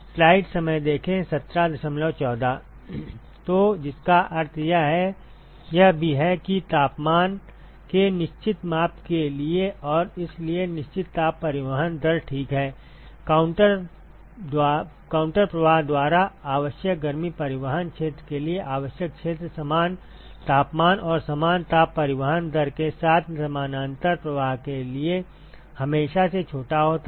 तो जिसका अर्थ यह भी है कि तापमान के निश्चित माप के लिए और इसलिए निश्चित ताप परिवहन दर ठीक है काउंटर प्रवाह द्वारा आवश्यक गर्मी परिवहन क्षेत्र के लिए आवश्यक क्षेत्र समान तापमान और समान ताप परिवहन दर के साथ समानांतर प्रवाह के लिए हमेशा से छोटा होता है